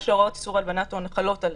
שהוראות איסור הלבנת הון חלות עליהם.